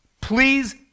please